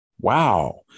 Wow